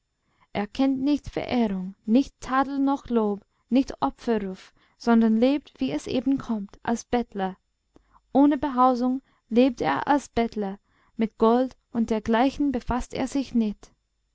er kennt nicht verehrung nicht tadel noch lob nicht opferruf sondern lebt wie es eben kommt als bettler ohne behausung lebt er als bettler mit gold und dergleichen befaßt er sich nicht